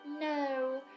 No